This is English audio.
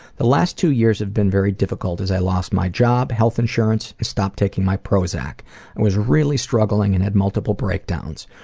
the last two years have been very difficult as i lost my job, health insurance stop taking my prozac. i was really struggling and had multiple breakdowns.